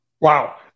Wow